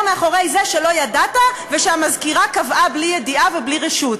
מאחורי זה שלא ידעת ושהמזכירה קבעה בלי ידיעה ובלי רשות?